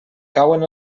cauen